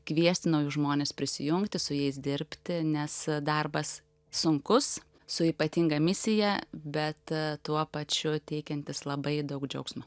kviesti naujus žmones prisijungti su jais dirbti nes darbas sunkus su ypatinga misija bet tuo pačiu teikiantis labai daug džiaugsmo